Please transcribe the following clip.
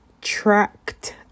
tracked